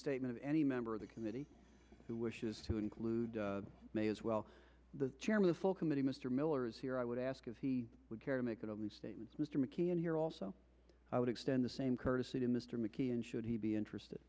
statement of any member of the committee who wishes to include may as well the chairman the full committee mr miller is here i would ask if he would care to make it on these statements mr mckeon here also i would extend the same courtesy to mr mckeon should he be interested